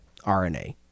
RNA